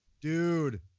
dude